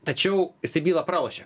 tačiau jisai bylą pralošė